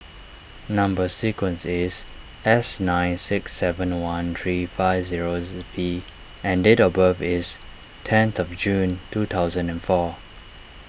Number Sequence is S nine six seven one three five zero V and date of birth is tenth of June two thousand and four